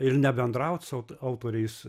ir nebendraut su autoriais